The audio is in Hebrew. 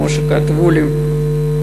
כמו שכתבו לי.